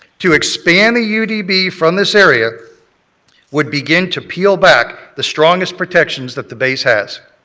to expand the u d b. from this area would begin to peel back the strongest protections that the base has.